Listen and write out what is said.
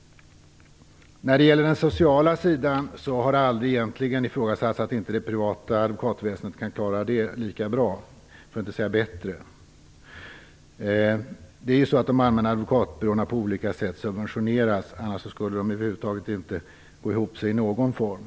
När det gäller den sociala sidan har det egentligen aldrig ifrågasatts att det privata advokatväsendet kan klara den lika bra, för att inte säga bättre. De allmänna advokatbyråerna subventioneras ju på olika sätt. Annars skulle de över huvud taget inte få det att gå ihop i någon form.